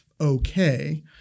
okay